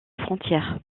frontière